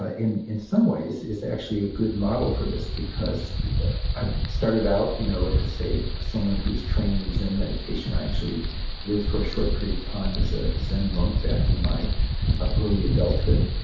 ah in in some ways is actually a good model for this, because i started out you know as someone who was trained in zen meditation. i actually lived for a short period of time as a zen monk, back in my early adulthood.